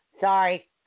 Sorry